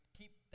keep